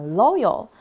loyal